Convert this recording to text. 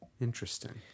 Interesting